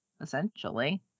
essentially